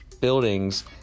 buildings